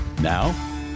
Now